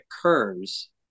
occurs